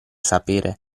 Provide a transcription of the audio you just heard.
sapere